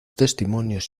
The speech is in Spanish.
testimonios